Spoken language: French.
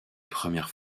premières